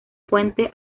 puente